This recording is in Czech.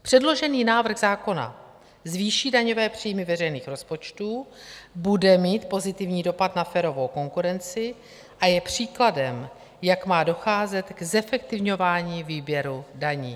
Předložený návrh zákona zvýší daňové příjmy veřejných rozpočtů, bude mít pozitivní dopad na férovou konkurenci a je příkladem, jak má docházet k zefektivňování výběru daní.